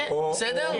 בסדר?